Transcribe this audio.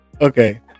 Okay